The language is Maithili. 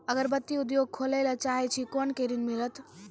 अगरबत्ती उद्योग खोले ला चाहे छी कोना के ऋण मिलत?